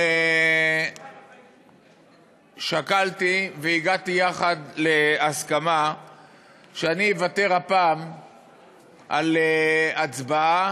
שקלתי והגעתי יחד להסכמה שאוותר הפעם על הצבעה,